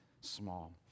small